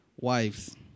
Wives